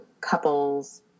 couples